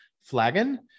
flagon